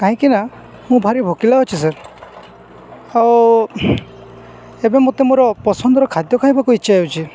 କାହିଁକି ନା ମୁଁ ଭାରି ଭୋକିଲା ଅଛି ସାର୍ ଆଉ ଏବେ ମୋତେ ମୋର ପସନ୍ଦର ଖାଦ୍ୟ ଖାଇବାକୁ ଇଚ୍ଛା ହେଉଛି